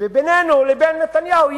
בינינו לבין נתניהו,